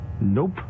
nope